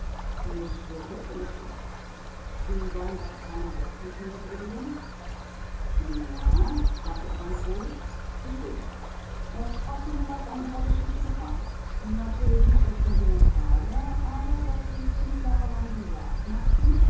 mich würgte es in der kehle sie wollen das heim doch mit mir gründen ja sagte er ganz ruhig ich will es hat mir was an ihrer geschichte gefallen natürlich nicht das sentimentale aber daß sie fünf jahre lang die jagd machten